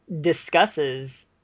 discusses